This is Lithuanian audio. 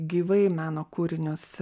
gyvai meno kūrinius